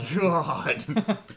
God